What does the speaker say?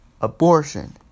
abortion